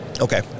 okay